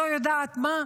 לא יודעת מה.